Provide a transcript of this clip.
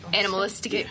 animalistic